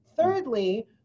Thirdly